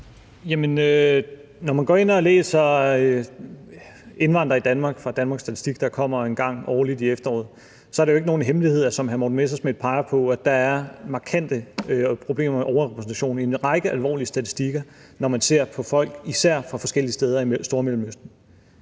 Når man går ind og læser »Indvandrere i Danmark« fra Danmarks Statistik, der kommer en gang årligt i efteråret, er det jo ikke nogen hemmelighed, at der, som hr. Morten Messerschmidt peger på, er markante problemer med overrepræsentation i en række alvorlige statistikker af folk fra især forskellige steder i Stormellemøsten.